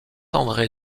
andré